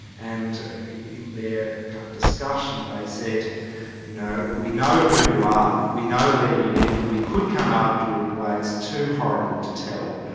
and in their kind of discussion they said you know we know who you are we know where you live, and we could come after you in ways too horrible to tell,